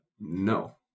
no